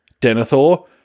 Denethor